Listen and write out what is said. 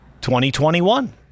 2021